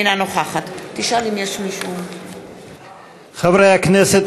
אינה נוכחת חברי הכנסת,